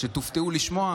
ותופתעו לשמוע,